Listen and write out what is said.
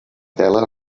tela